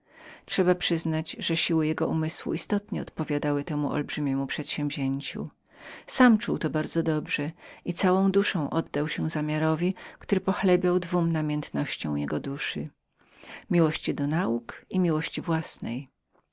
trzeba wyznać że siły jego umysłu dość odpowiadały temu olbrzymiemu zamiarowi sam czuł to bardzo dobrze i całą duszą oddał się zamiarowi który pochlebiał dwóm namiętnościom jego duszy miłości do nauk i miłości własnej